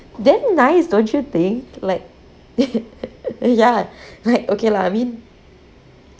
damn nice don't you think like yeah like okay lah I mean